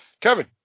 Kevin